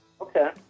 okay